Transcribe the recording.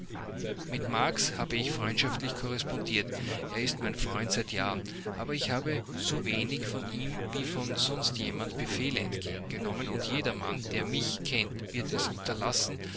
mit marx habe ich freundschaftlich korrespondiert er ist mein freund seit jahren aber ich habe so wenig von ihm wie von sonst jemand befehle entgegengenommen und jedermann der mich kennt wird es unterlassen